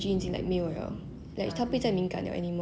don't know lah I just any just like busy loh